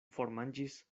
formanĝis